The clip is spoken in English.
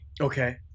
Okay